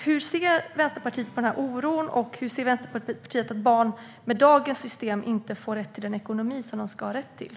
Hur ser Vänsterpartiet på den oron, och hur ser Vänsterpartiet på att barn med dagens system inte får den ekonomi som de har rätt till?